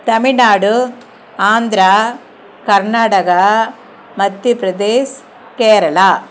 Tamil Nadu Andhra Karnataka Madhya Pradesh Kerala